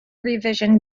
revision